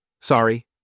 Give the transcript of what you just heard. sorry